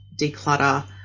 declutter